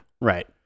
Right